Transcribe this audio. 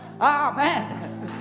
Amen